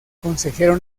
consejero